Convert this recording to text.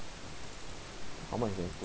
how much did I put inside